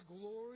glory